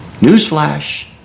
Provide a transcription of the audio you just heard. Newsflash